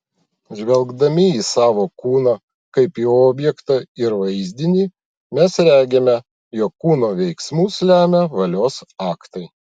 žvelgdami į savo kūną kaip į objektą ir vaizdinį mes regime jog kūno veiksmus lemia valios aktai